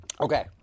Okay